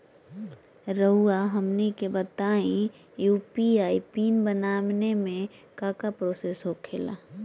रहुआ हमनी के बताएं यू.पी.आई पिन बनाने में काका प्रोसेस हो खेला?